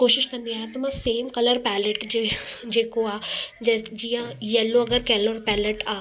कोशिश कंदी आहियां त मां सेम कलर पेलेट जे जेको आहे ज जीअं यैलो अगरि कलर पेलट आहे